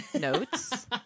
notes